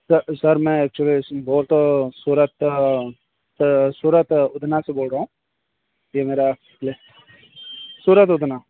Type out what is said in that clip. sir sir मैं actually वो तो मैं सूरत सूरत उदना से बोल रहा हूँ जी मेरा सूरत उदना